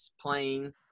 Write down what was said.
playing